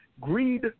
Greed